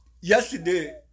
Yesterday